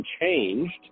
changed